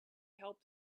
help